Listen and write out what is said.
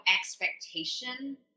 expectation